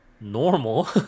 normal